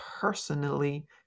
personally